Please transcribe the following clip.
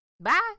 bye